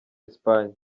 espagne